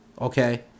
Okay